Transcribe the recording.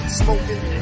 smoking